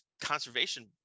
conservation